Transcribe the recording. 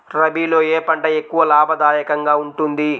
రబీలో ఏ పంట ఎక్కువ లాభదాయకంగా ఉంటుంది?